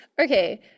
okay